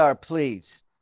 please